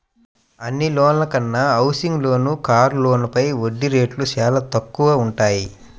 అన్ని లోన్ల కన్నా హౌసింగ్ లోన్లు, కారు లోన్లపైన వడ్డీ రేట్లు చానా తక్కువగా వుంటయ్యి